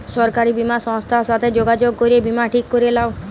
সরকারি বীমা সংস্থার সাথে যগাযগ করে বীমা ঠিক ক্যরে লাও